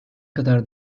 kadar